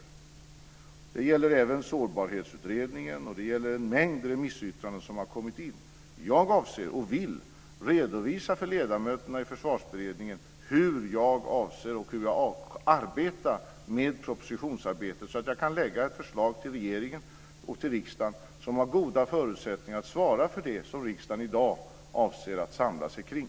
Det gäller även Sårbarhetsutredningen och en mängd remissyttranden som har kommit in. Jag avser, och vill, redovisa för ledamöterna i Försvarsberedningen hur jag arbetar med propositionsarbetet så att jag kan lägga ett förslag till regeringen och till riksdagen som har goda förutsättningar att svara mot det som riksdagen i dag avser att samla sig kring.